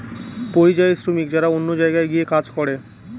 পরিযায়ী শ্রমিক যারা অন্য জায়গায় গিয়ে কাজ করে